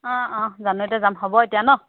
অঁ অঁ জানুৱাৰীতে যাম হ'ব এতিয়া ন'